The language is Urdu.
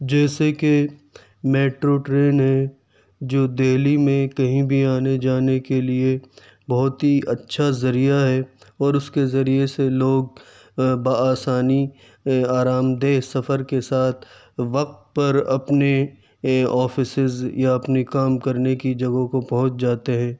جیسے کہ میٹرو ٹرین ہے جو دہلی میں کہیں بھی آنے جانے کے لیے بہت ہی اچھا ذریعہ ہے اور اس کے ذریعے سے لوک بہ آسانی آرام دہ سفر کے ساتھ وقت پر اپنے آفسیز یا اپنے کام کرنے کی جگہوں کو پہنچ جاتے ہیں